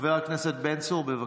חבר הכנסת בן צור, בבקשה.